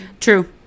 True